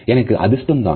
எனக்கு அதிர்ஷ்டம் தான்